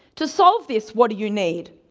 to solve this, what do you need?